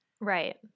Right